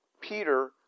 Peter